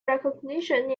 recognition